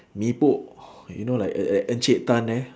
mee pok you know like at at encik tan there